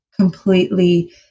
completely